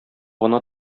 гына